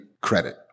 credit